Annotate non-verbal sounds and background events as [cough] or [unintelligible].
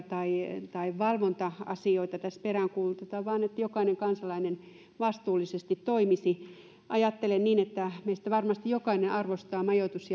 [unintelligible] tai tai valvonta asioita tässä peräänkuuluteta vaan että jokainen kansalainen vastuullisesti toimisi ajattelen niin että meistä varmasti jokainen arvostaa majoitus [unintelligible]